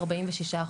46%,